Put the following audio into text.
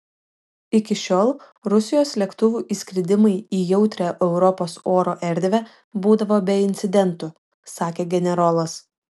iki šiol rusijos lėktuvų įskridimai į jautrią europos oro erdvę būdavo be incidentų sakė generolas